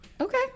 Okay